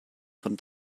von